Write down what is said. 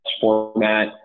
format